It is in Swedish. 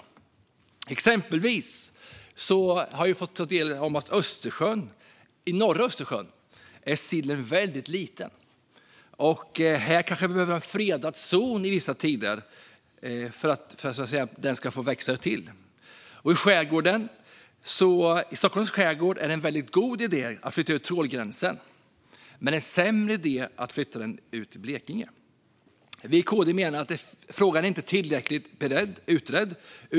Vi har exempelvis fått lära oss att sillen är väldigt liten i norra Östersjön. Här kanske en fredad zon behövs under vissa tider för att den ska få växa till. Och i Stockholms skärgård vore det en väldigt god idé att flytta ut trålgränsen, medan det är en sämre idé att flytta ut den i Blekinge. Vi i KD menar att frågan inte är tillräckligt utredd.